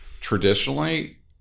traditionally